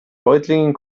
reutlingen